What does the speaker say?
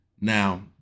Now